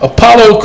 Apollo